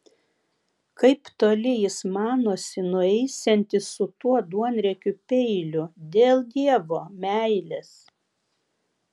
kaip toli jis manosi nueisiantis su tuo duonriekiu peiliu dėl dievo meilės